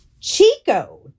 Chico